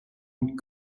joint